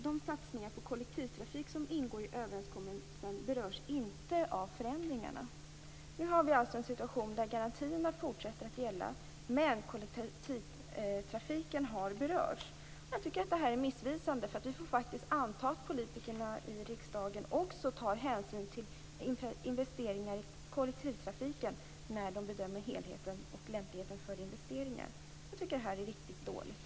De satsningar på kollektivtrafik som ingår i överenskommelsen berörs inte av förändringarna. Nu har vi en situation där garantierna fortsätter att gälla men kollektivtrafiken har berörts. Jag tycker att det är missvisande. Vi får faktiskt anta att politikerna i riksdagen också tar hänsyn till investeringar i kollektivtrafiken när de bedömer helheten och lämpligheten för investeringar. Jag tycker att detta är riktigt dåligt.